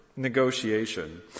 negotiation